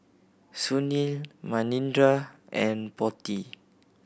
Sunil Manindra and Potti